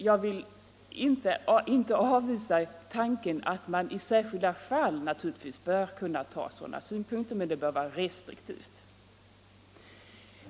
Jag vill naturligtvis inte avvisa tanken på att man i särskilda fall skall kunna ta hänsyn till sådana synpunkter, men det bör ske restriktivt.